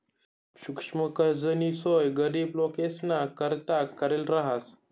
सुक्ष्म कर्जनी सोय गरीब लोकेसना करता करेल रहास